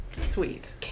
Sweet